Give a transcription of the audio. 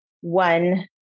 one